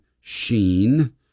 sheen